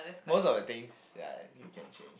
most of the things ya you can change